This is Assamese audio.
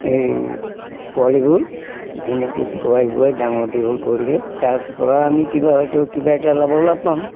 এই পোৱালিবোৰ ধুনীয়াকৈ খোৱাই বোৱাই ডাঙৰ দীঘল কৰিলে তাৰপৰা আমি কিবা হয়তো কিবা এটা লাভৰ লাভ পাম